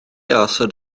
osod